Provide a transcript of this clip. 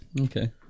Okay